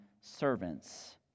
servants